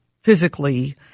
physically